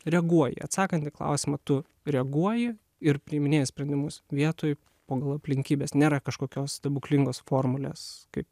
reaguoji atsakant į klausimą tu reaguoji ir priiminėji sprendimus vietoj pagal aplinkybes nėra kažkokios stebuklingos formulės kaip